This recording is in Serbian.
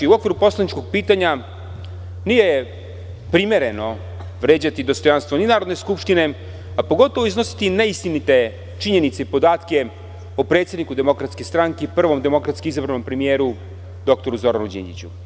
U okviru poslaničkog pitanja nije primereno vređati dostojanstvo ni Narodne skupštine, a pogotovo ne iznositi neistinite činjenice i podatke o predsedniku DS i prvom demokratski izabranom premijeru dr Zoranu Đinđiću.